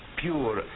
pure